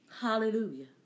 Hallelujah